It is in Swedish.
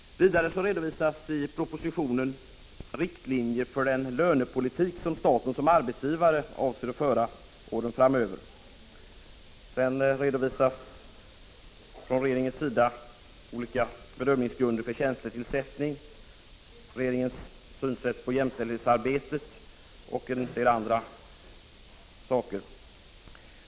Vidare redovisas i propositionen riktlinjer för den lönepolitik som staten som arbetsgivare avser att föra under åren framöver. Sedan redovisas från regeringens sida olika bedömningsgrunder för tjänstetillsättning, regeringens synsätt på jämställdhetsarbetet och en del annat.